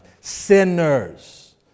Sinners